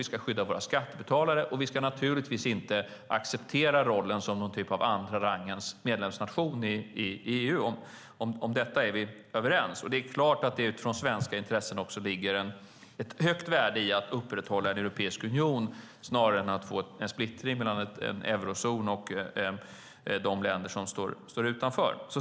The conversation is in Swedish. Vi ska skydda våra skattebetalare, och vi ska naturligtvis inte acceptera rollen som någon typ av andra rangens medlemsnation i EU. Om detta är vi överens, och det är klart att det utifrån svenska intressen också ligger ett högt värde i att upprätthålla en europeisk union snarare än att få en splittring mellan en eurozon och de länder som står utanför.